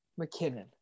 McKinnon